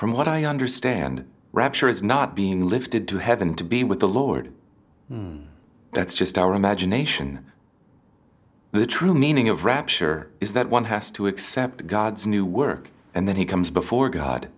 from what i understand rapture is not being lifted to heaven to be with the lord that's just our imagination the true meaning of rapture is that one has to accept god's new work and then he comes before god